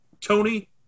Tony